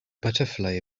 butterfly